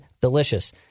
delicious